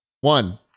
One